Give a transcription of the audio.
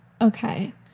okay